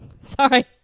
Sorry